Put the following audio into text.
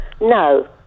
No